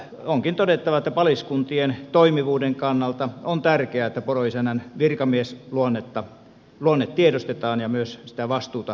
onkin todettava että paliskuntien toimivuuden kannalta on tärkeää että poroisännän virkamiesluonne tiedostetaan ja myös sitä vastuuta korostetaan